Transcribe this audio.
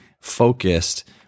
focused